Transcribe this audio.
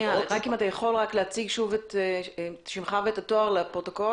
האם אתה יכול להציג שוב את שמך ואת התואר לפרוטוקול?